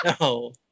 No